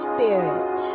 Spirit